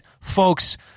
folks